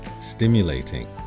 stimulating